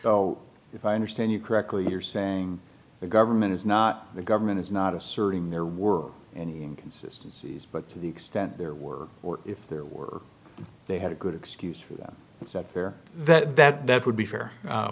well if i understand you correctly you're saying the government is not the government is not asserting there were any inconsistency but to the extent there were or if there were they had a good excuse that was up there that that that would be fair